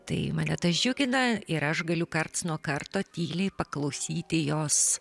tai mane tas džiugina ir aš galiu karts nuo karto tyliai paklausyti jos